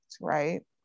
right